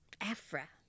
afra